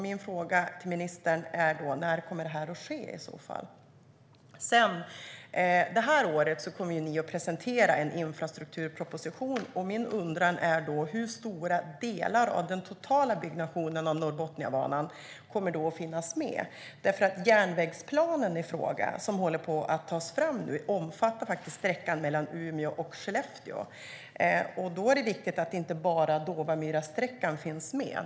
Min fråga till ministern är då: När kommer detta att ske? Under det här året kommer ni att presentera en infrastrukturproposition. Min undran är hur stora delar av den totala byggnationen av Norrbotniabanan som kommer att finnas med. Järnvägsplanen i fråga, som håller på att tas fram nu, omfattar sträckan mellan Umeå och Skellefteå. Då är det viktigt att inte bara Dåvamyrasträckan finns med.